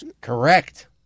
correct